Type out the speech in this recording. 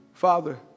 Father